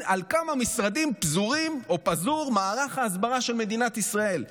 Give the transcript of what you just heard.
על כמה משרדים פזור מערך ההסברה של מדינת ישראל.